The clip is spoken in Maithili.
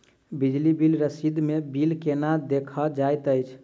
बिजली बिल रसीद मे बिल केना देखल जाइत अछि?